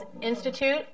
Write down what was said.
Institute